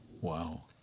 Wow